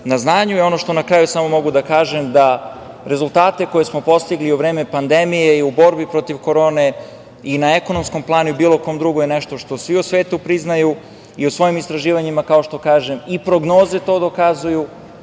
na znanju i ono što na kraju samo mogu da kažem da rezultate koje smo postigli u vreme pandemije i u borbi protiv korone i na ekonomskom planu i bilo kom drugo je nešto što svi u svetu priznaju i u svojim istraživanjima, kao što kažem, i prognoze to dokazuju